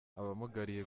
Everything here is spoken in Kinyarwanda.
abamugariye